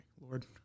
Lord